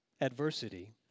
adversity